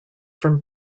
from